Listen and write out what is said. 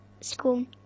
school